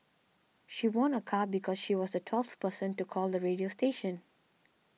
she won a car because she was the twelfth person to call the radio station